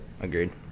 agreed